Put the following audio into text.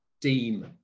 deem